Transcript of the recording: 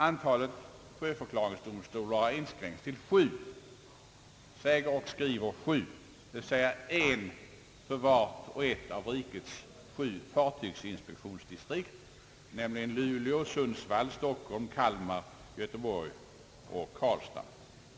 Antalet sjöförklaringsdomstolar har inskränkts till sju — säger och skriver sju — d. v. s. för vart och ett av rikets fartygsinspektionsdistrikt, nämligen Luleå, Sundsvall, Stockholm, Kalmar, Malmö, Göteborg och Karlstad.